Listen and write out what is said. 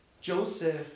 Joseph